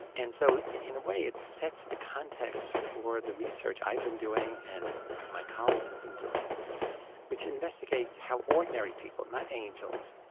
and so in a way it sets the context for the research i've been doing and my colleagues have been doing which investigates how ordinary people, not angels,